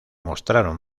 mostraron